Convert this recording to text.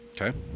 Okay